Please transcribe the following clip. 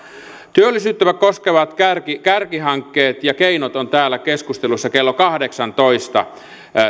työllisyyttä koskevat kärkihankkeet ja keinot ovat täällä keskustelussa kello kahdeksanatoista